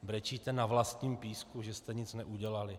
Brečíte na vlastním písku, že jste nic neudělali.